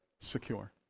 secure